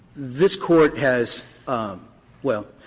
this court has um well,